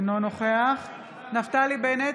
אינו נוכח נפתלי בנט,